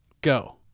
go